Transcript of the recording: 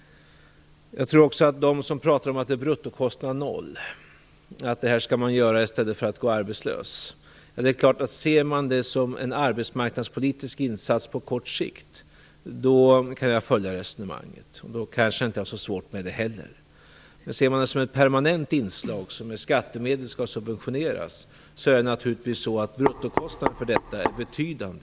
Det finns de som talar om att bruttokostnaden är noll, att det här är något man skall göra i stället för att gå arbetslös. Det är klart; ser man det som en arbetsmarknadspolitisk insats på kort sikt kan jag följa resonemanget, och då kanske jag inte har så svårt med det heller. Men ser man det som ett permanent inslag som skall subventioneras med skattemedel så är naturligtvis bruttokostnaden för detta betydande.